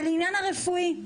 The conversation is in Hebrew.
ולעניין הרפואי,